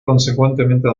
consecuentemente